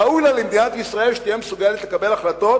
ראוי לה למדינת ישראל שתהיה מסוגלת לקבל החלטות,